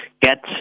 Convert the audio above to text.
get